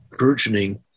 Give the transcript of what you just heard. burgeoning